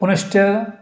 पुनश्च